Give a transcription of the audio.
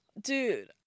Dude